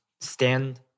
stand